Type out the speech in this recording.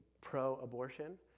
pro-abortion